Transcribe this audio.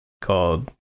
called